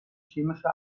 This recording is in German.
chemische